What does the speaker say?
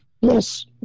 Yes